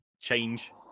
change